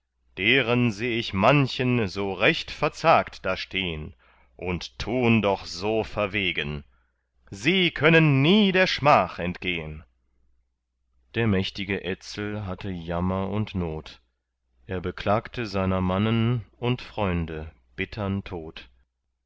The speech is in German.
deren seh ich manchen so recht verzagt da stehn und tun doch so verwegen sie können nie der schmach entgehn der mächtige etzel hatte jammer und not er beklagte seiner mannen und freunde bittern tod